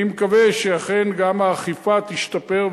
אני מקווה שאכן גם האכיפה תשתפר,